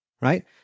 Right